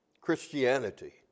Christianity